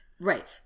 right